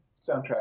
soundtrack